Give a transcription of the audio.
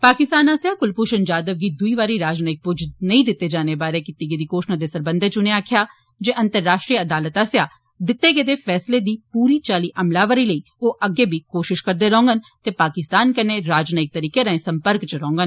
पाकिस्तान आस्सेआ कुलभूषण यादव गी दूई बारी राजनायिक पुज्ज नेई दित्ते जाने बारै कीती गेदी घोषणा दे सरबंधै च उनें आक्खेआ जे अंतर्राष्ट्रीय अदालतै आस्सेआ दित्ते गेदे फैसले दी पूरी चाल्ली अमलावरी लेई ओह् अग्गै बी कोशिश करदे रौंह्डन ते पाकिस्तान कन्नै राजनायिक तरीके राए संपर्क च रौंह्डन